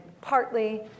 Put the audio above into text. partly